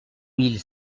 mille